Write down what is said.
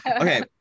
Okay